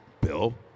Bill